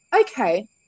okay